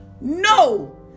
No